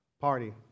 Party